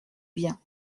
bien